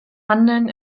handeln